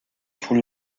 sus